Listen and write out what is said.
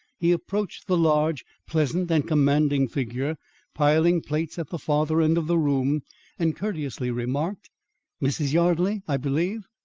he approached the large, pleasant and commanding figure piling plates at the farther end of the room and courteously remarked mrs. yardley, i believe?